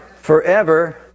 Forever